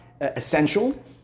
essential